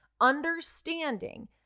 Understanding